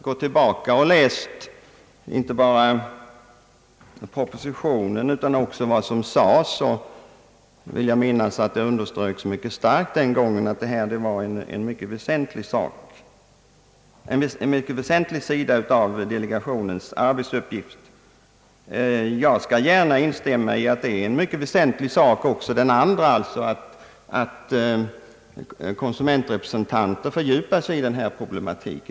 Om man läser inte bara propositionen utan också vad som sades, finner man dock att det den gången mycket kraftigt underströks att detta var en mycket väsentlig sida av delegationens arbetsuppgift. Jag skall gärna instämma i att också den andra sidan är mycket väsentlig, dvs. att konsumentrepresentanter fördjupar sig i denna problematik.